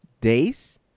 days